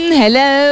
hello